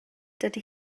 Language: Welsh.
dydy